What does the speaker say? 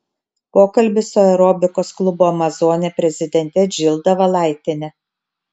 pokalbis su aerobikos klubo amazonė prezidente džilda valaitiene